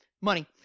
money